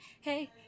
Hey